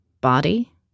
Body